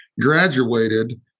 graduated